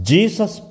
Jesus